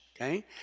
okay